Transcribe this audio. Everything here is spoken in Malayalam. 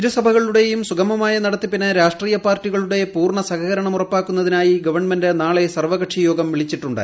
ഇരു സഭകളുടേയും സുഗമമായ നടത്തിപ്പിന് രാഷ്ട്രീയ പാർട്ടികളുടെ പൂർണ്ണ സഹകരണം ഉറപ്പാക്കുന്നതിനായി ഗവൺമെന്റ് നാളെ സർവ്വകക്ഷി യോഗം വിളിച്ചിട്ടുണ്ട്